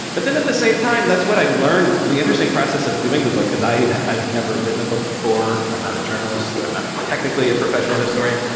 but then at the same time, that's what i learned the interesting process of doing the book, because i've never written a book before. i'm not a journalist. i'm not technically a professional historian.